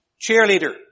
cheerleader